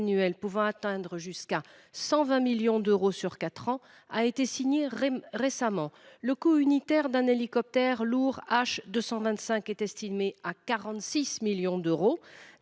pouvant atteindre jusqu’à 120 millions d’euros sur quatre ans a été signé récemment. Le coût unitaire d’un hélicoptère lourd H 225 est estimé à 46 millions d’euros,